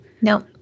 No